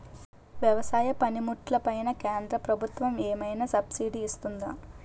వ్యవసాయ పనిముట్లు పైన కేంద్రప్రభుత్వం ఏమైనా సబ్సిడీ ఇస్తుందా?